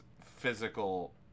physical